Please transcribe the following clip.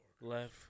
Left